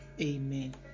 Amen